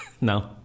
No